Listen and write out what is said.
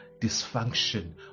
dysfunction